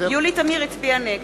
יולי תמיר הצביעה נגד.